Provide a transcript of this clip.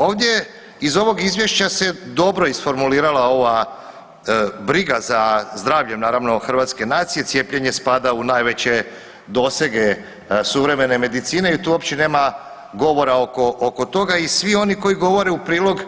Ovdje iz ovog izvješća se dobro isformulirala ova briga za zdravlje, naravno hrvatske nacije, cijepljenje spada u najveće dosege suvremene medicine i tu uopće nema govora oko toga i svi oni koji govore u prilog